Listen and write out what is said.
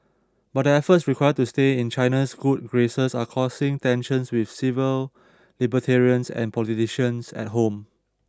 but the efforts required to stay in China's good graces are causing tensions with civil libertarians and politicians at home